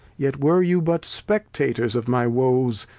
yet were you but spectatours of my woes,